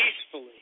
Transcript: peacefully